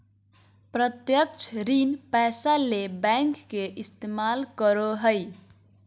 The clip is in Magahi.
प्रत्यक्ष ऋण पैसा ले बैंक के इस्तमाल करो हइ